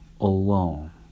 alone